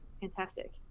fantastic